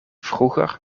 vroeger